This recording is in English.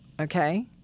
Okay